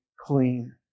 clean